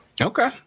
Okay